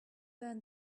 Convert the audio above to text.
burned